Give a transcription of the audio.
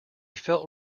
felt